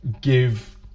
give